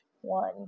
one